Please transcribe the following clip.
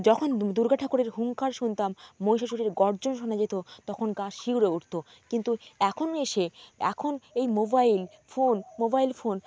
যখন দুর্গা ঠাকুরের হুঙ্কার শুনতাম মহিষাসুরের গর্জন শোনা যেতো তখন গা শিউরে উঠতো কিন্তু এখন এসে এখন এই মোবাইল ফোন মোবাইল ফোন